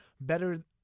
better